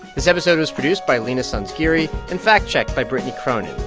this episode was produced by leena sanzgiri and fact-checked by brittany cronin.